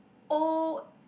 old